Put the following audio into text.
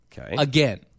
again